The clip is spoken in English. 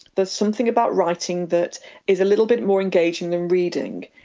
there's something about writing that is a little bit more engaging than reading.